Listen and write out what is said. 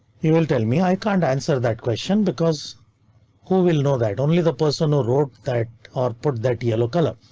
he will tell me i can't answer that question because who will know that only the person who wrote that or put that yellow color?